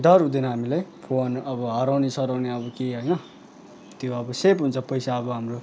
डर हुँदैन हामीलाई फोन अब हराउने सराउने अब केही होइन त्यो अब सेफ हुन्छ पैसा अब हाम्रो